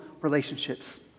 relationships